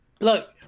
Look